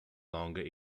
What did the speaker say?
longer